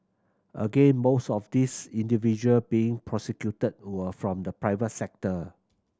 again most of these individual being prosecuted were from the private sector